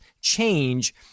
change